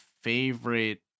favorite